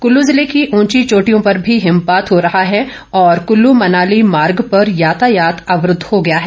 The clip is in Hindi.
कुल्लू जिले की उंची चोटियों पर भी हिमपात हो रहा है और कुल्लू मनाली मार्ग पर यातायात अवरूद्व हो गया है